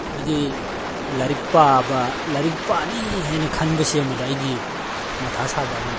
ꯑꯗꯤ ꯂꯥꯏꯔꯤꯛ ꯄꯥꯕ ꯂꯥꯏꯔꯤꯛ ꯄꯥꯅꯤ ꯍꯥꯏꯅ ꯈꯟꯕꯁꯤꯃꯗ ꯑꯩꯒꯤ ꯃꯊꯥ ꯁꯥꯕ ꯑꯃꯅꯤ